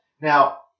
Now